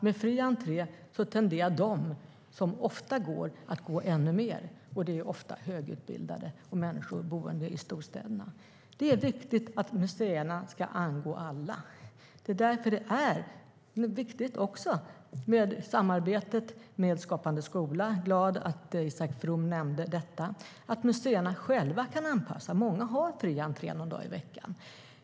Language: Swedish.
Med fri entré tenderar de som ofta går på museer att gå ännu oftare, och det är ofta högutbildade och människor boende i storstäderna. Det är viktigt att museerna ska angå alla. Det är därför det är viktigt med samarbete med Skapande skola - och jag är glad att Isak From nämnde det - och viktigt att museerna själva kan anpassa. Många museer har fri entré någon dag i veckan.